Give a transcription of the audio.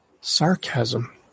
sarcasm